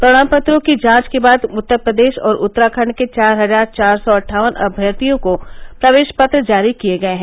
प्रमाण पत्रों की जांच के बाद उत्तर प्रदेश और उत्तराखण्ड के चार हजार चार सौ अट्ठावन अभ्यर्थियों को प्रवेश पत्र जारी किये गये हैं